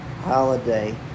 holiday